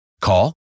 Call